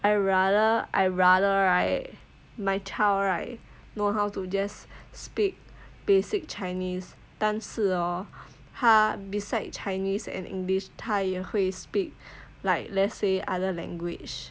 I rather I rather right my child right know how to just speak basic chinese 但是哦他 beside chinese and english 他也会 speak like let's say other language